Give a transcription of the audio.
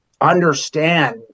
understand